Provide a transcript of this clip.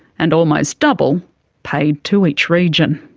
and almost double paid to each region.